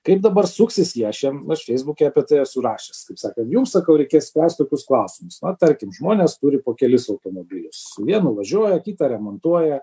kaip dabar suksis jie aš jiem aš feisbuke apie tai esu rašęs kaip sakant jums sakau reikės spręst tokius klausimus o tarkim žmonės turi po kelis automobilius su vienu važiuoja kitą remontuoja